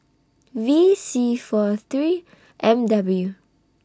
V C four three M W